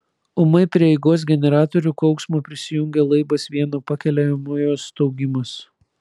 ūmai prie eigos generatorių kauksmo prisijungė laibas vieno pakeliamojo staugimas